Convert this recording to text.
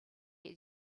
will